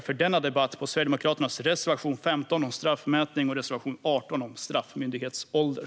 Jag yrkar bifall till Sverigedemokraternas reservation 15 om straffmätning och reservation 18 om straffmyndighetsålder.